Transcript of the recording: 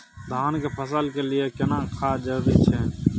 धान के फसल के लिये केना खाद जरूरी छै?